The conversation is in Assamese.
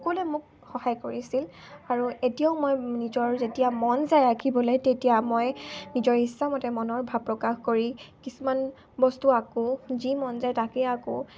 সকলোৱে মোক সহায় কৰিছিল আৰু এতিয়াও মই নিজৰ যেতিয়া মন যায় আঁকিবলে তেতিয়া মই নিজৰ ইচ্ছা মতে মনৰ ভাৱ প্ৰকাশ কৰি কিছুমান বস্তু আঁকো যি মন যায় তাকেই আঁকো